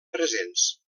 presents